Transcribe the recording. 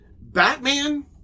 Batman